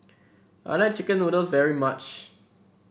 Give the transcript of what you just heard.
I like chicken noodles very much